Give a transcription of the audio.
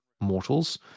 mortals